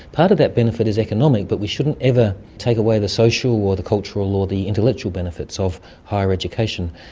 part of that benefit is economic but we shouldn't ever take away the social or the cultural or the intellectual benefits of higher education.